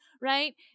right